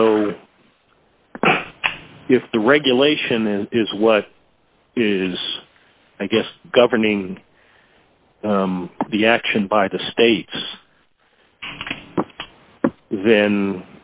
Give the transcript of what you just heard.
so if the regulation is what is i guess governing the action by the states then